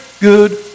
good